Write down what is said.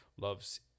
loves